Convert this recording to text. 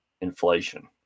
inflation